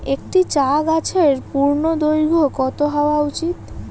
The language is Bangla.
একটি চা গাছের পূর্ণদৈর্ঘ্য কত হওয়া উচিৎ?